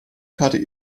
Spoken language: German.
karte